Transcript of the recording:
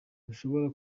ntushobora